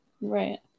right